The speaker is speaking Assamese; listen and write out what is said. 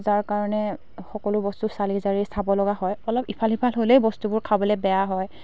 যাৰ কাৰণে সকলো বস্তু চালি জাৰি চাব লগা হয় অলপ ইফাল সিফাল হ'লেই বস্তুবোৰ খাবলৈ বেয়া হয়